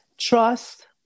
trust